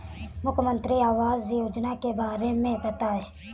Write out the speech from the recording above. मुख्यमंत्री आवास योजना के बारे में बताए?